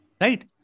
right